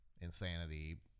insanity